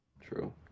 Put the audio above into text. True